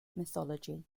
mythology